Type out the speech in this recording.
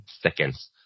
seconds